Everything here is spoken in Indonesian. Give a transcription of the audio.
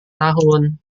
tahun